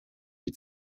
wie